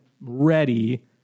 ready